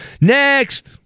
Next